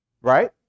Right